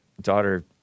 daughter